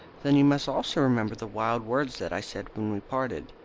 then you must also remember the wild words that i said when we parted.